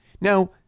Now